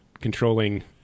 controlling